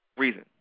reason